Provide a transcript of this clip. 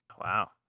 Wow